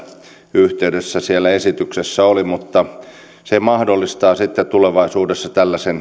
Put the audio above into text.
yhteydessä esityksessä oli mutta se mahdollistaa sitten tulevaisuudessa